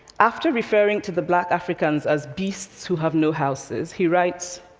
after referring to the black africans as beasts who have no houses, he writes,